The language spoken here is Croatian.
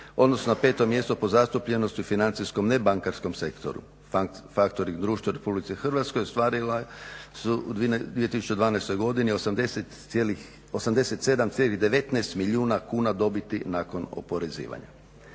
odnosno 5.mjesto po zastupljenosti u financijskom nebankarskom sektoru. Factoring društva RH ostvarila su u 2012.godini 87,19 milijuna kuna dobiti nakon oporezivanja.